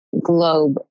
globe